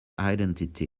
identity